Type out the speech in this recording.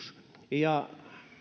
ja